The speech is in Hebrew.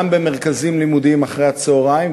גם במרכזים לימודיים אחרי-הצהריים,